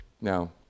Now